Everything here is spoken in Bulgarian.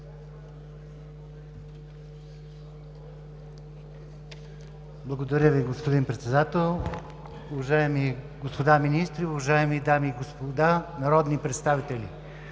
Благодаря Ви, господин Председател. Уважаеми господа министри, уважаеми дами и господа народни представители,